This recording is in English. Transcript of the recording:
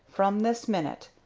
from this minute,